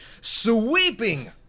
sweeping